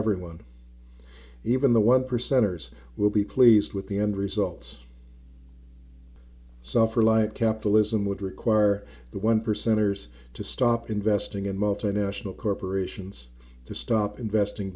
everyone even the one percenters will be pleased with the end results suffer like capitalism would require the one percenters to stop investing in multinational corporations to stop investing